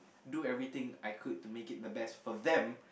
do everything I could to make it the best for them